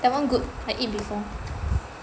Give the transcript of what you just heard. that one good I eat before